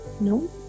No